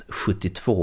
72